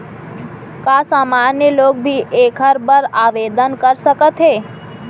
का सामान्य लोग भी एखर बर आवदेन कर सकत हे?